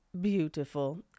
Beautiful